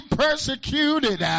persecuted